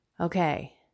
Okay